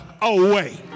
away